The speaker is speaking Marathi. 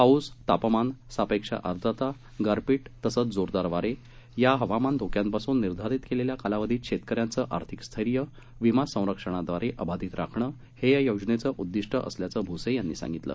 पाऊस तापमान सापेक्ष आर्दता गारपीट तसंच जोरदार वारे या हवामान धोक्यापासून निर्धारित केलेल्या कालावधीत शेतकऱ्यांचे आर्थिक स्थैर्य विमा संरक्षणाद्वारे अबाधित राखणे हे या योजनेचे उद्दीष्ट असल्याचे भुसे यांनी सांगितलं